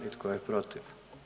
I tko je protiv?